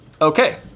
Okay